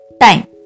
time